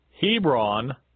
Hebron